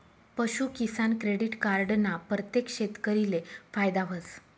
पशूकिसान credit card ना परतेक शेतकरीले फायदा व्हस